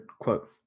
quote